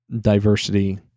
diversity